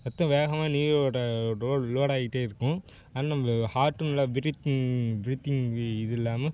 ரத்தம் வேகமாக நீரோட டோட் லோடாயிட்டே இருக்கும் ஆனால் நம்மளுக்கு ஹார்ட்டும் நல்லா ப்ரீத்திங் ப்ரீத்திங் இது இல்லாமல்